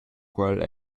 quel